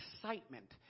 excitement